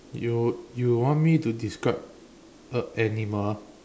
you you want me to describe a animal